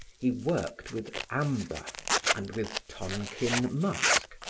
he worked with amber and with tonkin musk,